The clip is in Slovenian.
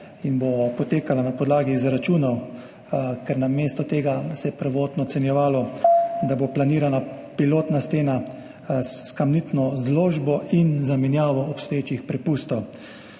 in bo potekala na podlagi izračunov, ker namesto tega se je prvotno ocenjevalo, da bo planirana pilotna stena s kamnitno zložbo in zamenjavo obstoječih prepustov.